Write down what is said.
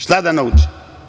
Šta da nauči?